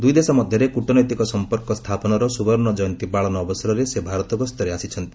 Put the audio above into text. ଦୁଇଦେଶ ମଧ୍ୟରେ କ୍ରଟନୈତିକ ସଫପର୍କ ସ୍ଥାପନର ସ୍ତବର୍ଣ୍ଣ କୟନ୍ତୀ ପାଳନ ଅବସରରେ ସେ ଭାରତ ଗସ୍ତରେ ଆସିଛନ୍ତି